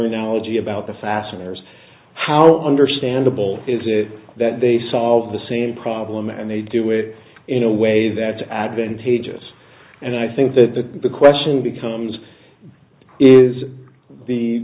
analogy about the fasteners how understandable is it that they solve the same problem and they do it in a way that is advantageous and i think that the question becomes is the